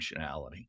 functionality